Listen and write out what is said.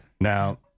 Now